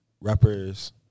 rappers